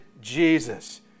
Jesus